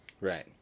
Right